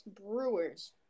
Brewers